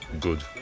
good